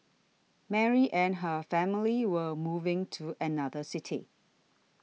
Mary and her family were moving to another city